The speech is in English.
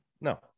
No